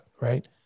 right